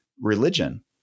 religion